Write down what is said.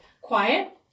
quiet